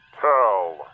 tell